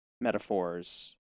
metaphors